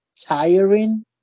tiring